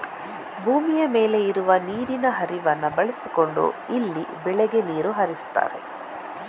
ಭೂಮಿಯ ಮೇಲೆ ಇರುವ ನೀರಿನ ಹರಿವನ್ನ ಬಳಸಿಕೊಂಡು ಇಲ್ಲಿ ಬೆಳೆಗೆ ನೀರು ಹರಿಸ್ತಾರೆ